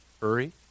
Hurry